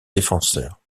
défenseurs